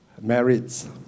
merits